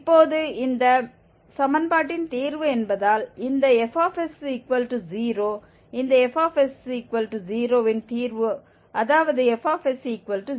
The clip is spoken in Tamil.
இப்போது இந்த சமன்பாட்டின் தீர்வு என்பதால் இந்த fs0 இந்த fs0 இன் தீர்வு அதாவது fs0